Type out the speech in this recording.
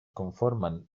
conforman